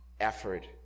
effort